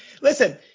Listen